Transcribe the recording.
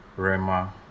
Rema